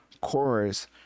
chorus